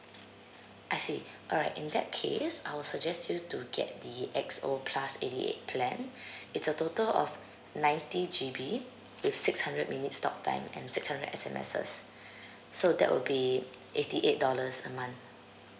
I see alright in that case I will suggest you to get the X_O plus eighty eight plan it's a total of ninety G_B with six hundred minutes talk time and six hundred S_M_Ses so that will be eighty eight dollars a month